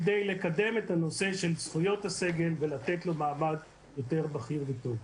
כדי לקדם את הנושא של זכויות הסגל ולתת לו מעמד יותר בכיר וטוב.